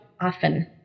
often